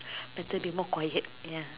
better be more quiet ya